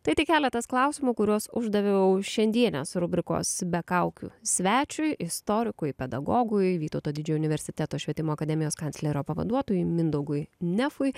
tai tik keletas klausimų kuriuos uždaviau šiandienės rubrikos be kaukių svečiui istorikui pedagogui vytauto didžiojo universiteto švietimo akademijos kanclerio pavaduotojui mindaugui nefui